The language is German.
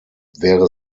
wäre